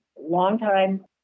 longtime